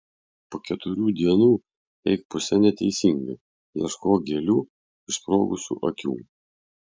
po keturių dienų eik puse neteisinga ieškok gėlių išsprogusių akių